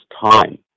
time